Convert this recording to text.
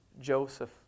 Joseph